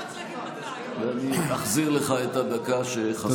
אני מחזיר לך את הדקה שחסרה.